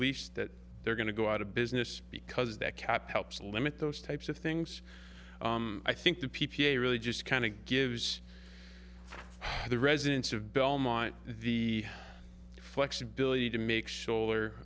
lease that they're going to go out of business because that cap helps limit those types of things i think the p p a really just kind of gives the residents of belmont the flexibility to make scholer